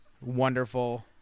wonderful